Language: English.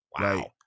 Wow